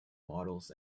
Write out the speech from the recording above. models